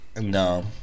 No